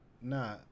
Nah